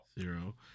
Zero